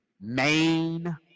Main